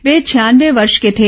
वे छियानवे वर्ष के थे